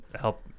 help